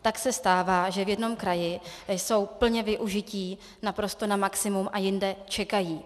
Tak se stává, že v jednom kraji jsou plně využití, naprosto na maximum, a jinde čekají.